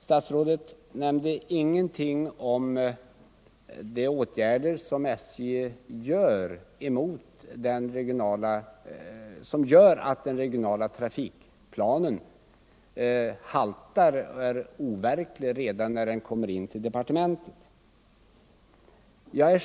Herr Norling nämnde ingenting om de åtgärder som SJ vidtar och som gör att den regionala trafikplanen haltar och är overklig redan när den kommer in till departementet.